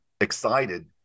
excited